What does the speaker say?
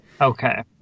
Okay